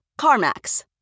carmax